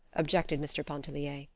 objected mr. pontellier.